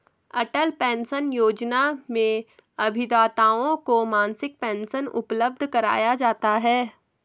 अटल pension Yojana में अभिदाताओं को मासिक पेंशन उपलब्ध कराया जाता है